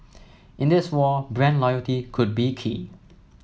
in this war brand loyalty could be key